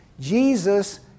Jesus